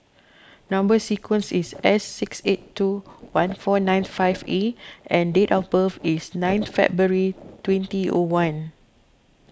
Number Sequence is S six eight two one four nine five A and date of birth is ninth February twenty O one